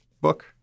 book